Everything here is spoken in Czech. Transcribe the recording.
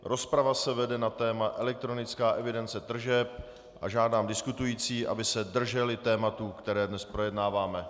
Rozprava se vede na téma elektronická evidence tržeb a žádám diskutující, aby se drželi tématu, které dnes projednáváme.